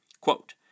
Quote